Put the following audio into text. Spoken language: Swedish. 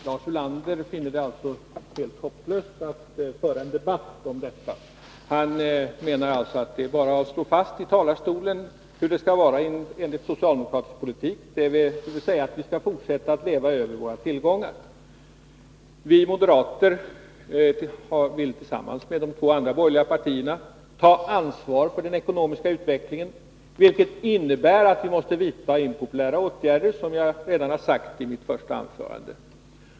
Herr talman! Lars Ulander finner det alltså helt hopplöst att föra en debatt om detta. Han menar tydligen att mani talarstolen bara har att slå fast hur det skall vara enligt socialdemokratisk uppfattning, dvs. att vi skall fortsätta att leva över våra tillgångar. Vi moderater vill tillsammans med de två andra borgerliga partierna ta ansvar för den ekonomiska utvecklingen, vilket, som jag sade i mitt första anförande, innebär att det måste vidtas impopulära åtgärder.